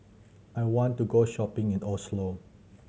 I want to go shopping in the Oslo